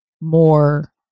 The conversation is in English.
more